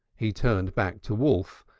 he turned back to wolf,